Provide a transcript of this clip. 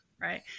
right